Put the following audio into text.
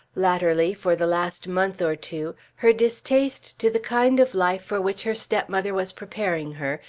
latterly, for the last month or two, her distaste to the kind of life for which her stepmother was preparing her,